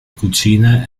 cucine